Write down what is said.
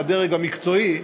לדרג המקצועי,